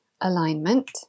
alignment